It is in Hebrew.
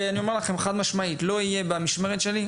אני אומר לכם חד משמעית לא יהיה במשמרת שלי.